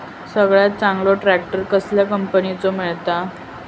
सगळ्यात चांगलो ट्रॅक्टर कसल्या कंपनीचो मिळता?